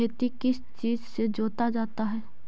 खेती किस चीज से जोता जाता है?